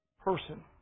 person